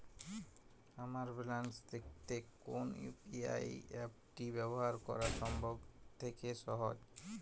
আমার ব্যালান্স দেখতে কোন ইউ.পি.আই অ্যাপটি ব্যবহার করা সব থেকে সহজ?